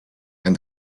and